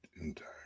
Entire